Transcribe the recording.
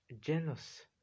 Jealous